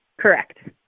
correct